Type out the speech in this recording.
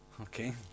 Okay